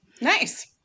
Nice